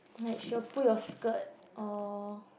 like she will pull your skirt or